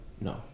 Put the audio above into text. no